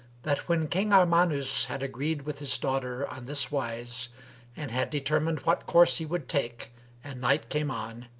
that when king armanus had agreed with his daughter on this wise and had determined what course he would take and night came on,